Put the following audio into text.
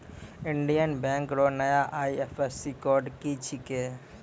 Indian bank रो नया IFSC code की छिकै